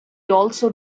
also